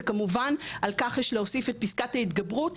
וכמובן על כך יש להוסיף את פסקת ההתגברות,